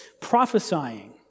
prophesying